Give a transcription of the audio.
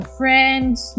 friends